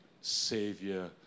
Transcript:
Savior